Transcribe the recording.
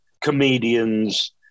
comedians